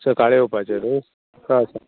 सकाळीं येवपाचें न्ही आं सांग